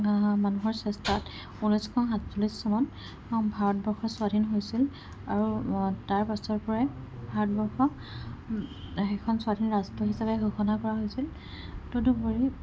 মানুহৰ চেষ্টাত ঊনৈছশ সাতচল্লিছ চনত ভাৰতবৰ্ষ স্বাধীন হৈছিল আৰু তাৰপাছৰ পৰাই ভাৰতবৰ্ষ এখন স্বাধীন ৰাষ্ট্ৰ হিচাপে ঘোষণা কৰা হৈছিল তদুপৰি